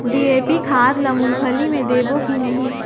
DAP खाद ला मुंगफली मे देबो की नहीं?